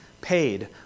paid